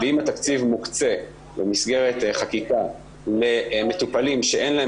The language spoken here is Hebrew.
אם התקציב מוקשה במסגרת חקיקה למטופלים שאין להם